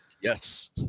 Yes